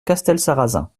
castelsarrasin